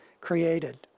created